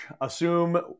Assume